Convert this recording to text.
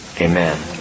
Amen